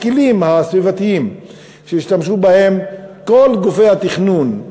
הכלים הסביבתיים שהשתמשו בהם כל גופי התכנון,